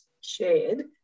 shared